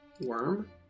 worm